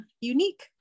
unique